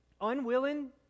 unwilling